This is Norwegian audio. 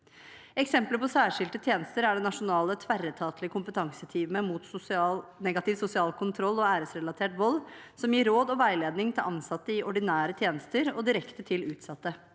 Eksempler på særskilte tjenester er det nasjonale tverretatlige kompetanseteamet mot negativ sosial kontroll og æresrelatert vold, som gir råd og veiledning til ansatte i ordinære tjenester og direkte til utsatte.